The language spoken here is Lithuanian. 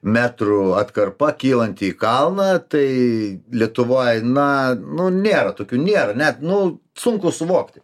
metrų atkarpa kylanti į kalną tai lietuvoj na nu nėra tokių nėra net nu sunku suvokti